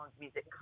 music